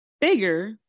bigger